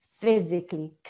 physically